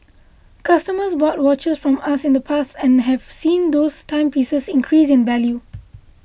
customers bought watches from us in the past and have seen those timepieces increase in value